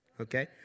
Okay